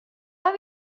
are